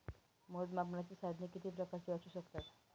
मोजमापनाची साधने किती प्रकारची असू शकतात?